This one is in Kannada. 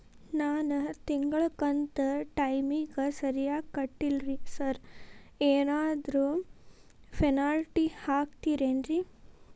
ನಾನು ತಿಂಗ್ಳ ಕಂತ್ ಟೈಮಿಗ್ ಸರಿಗೆ ಕಟ್ಟಿಲ್ರಿ ಸಾರ್ ಏನಾದ್ರು ಪೆನಾಲ್ಟಿ ಹಾಕ್ತಿರೆನ್ರಿ?